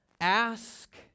ask